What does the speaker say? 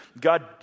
God